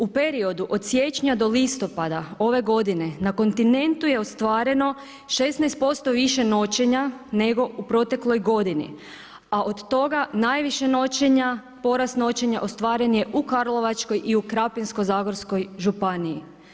U periodu od siječnja do listopada ove godine na kontinentu je ostvareno 16% više noćenja nego u protekloj godini, a od toga najviše noćenja, porast noćenja ostvaren je u karlovačkoj i u Krapinsko-zagorskoj županiji.